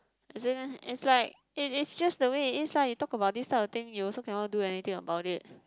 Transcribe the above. isn't is like it is just the way it is lah you talk about this kind of thing you also cannot do anything about it